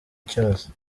cyose